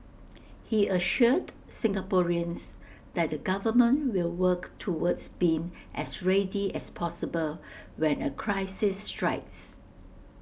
he assured Singaporeans that the government will work towards being as ready as possible when A crisis strikes